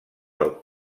del